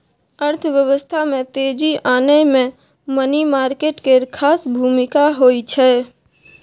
अर्थव्यवस्था में तेजी आनय मे मनी मार्केट केर खास भूमिका होइ छै